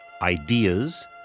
ideas